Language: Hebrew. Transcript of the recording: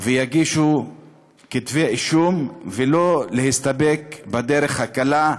ויגישו כתבי אישום, ולא יסתפקו בדרך הקלה,